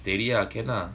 steady ah can lah